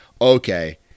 okay